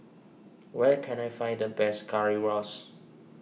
where can I find the best Currywurst